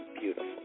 beautiful